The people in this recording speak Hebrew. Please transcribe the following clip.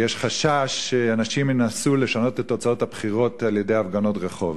ויש חשש שאנשים ינסו לשנות את תוצאות הבחירות על-ידי הפגנות רחוב.